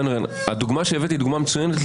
שהדוגמה שהבאת היא דוגמה מצוינת,